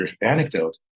anecdote